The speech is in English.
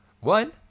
One